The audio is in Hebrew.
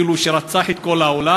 כאילו רצח את כל העולם,